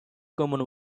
common